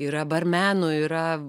yra barmenų yra